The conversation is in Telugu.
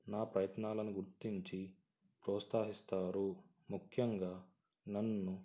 నా ప్రయత్నాలను గుర్తించి ప్రోత్సహిస్తారు ముఖ్యంగా నన్ను